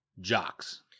jocks